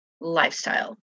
lifestyle